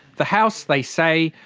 the house, they say,